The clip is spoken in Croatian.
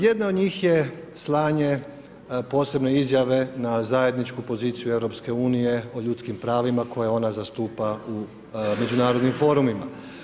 Jedna od njih je slanje posebne izjave na zajedničku poziciju EU o ljudskim pravima koje ona zastupa u međunarodnim forumima.